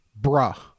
bruh